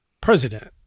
president